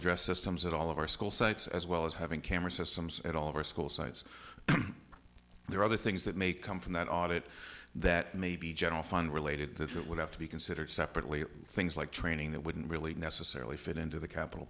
address systems at all of our school sites as well as having camera systems at all of our school sites there are other things that may come from that audit that may be general fund related it would have to be considered separately things like training that wouldn't really necessarily fit into the capital